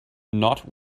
not